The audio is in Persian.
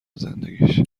زندگیش